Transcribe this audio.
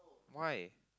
why